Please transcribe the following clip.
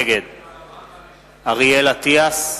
נגד נסים,